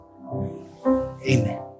amen